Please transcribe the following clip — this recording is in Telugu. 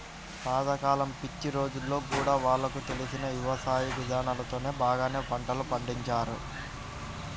పాత కాలం పిచ్చి రోజుల్లో గూడా వాళ్లకు తెలిసిన యవసాయ ఇదానాలతోనే బాగానే పంటలు పండించారు